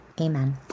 Amen